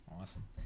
awesome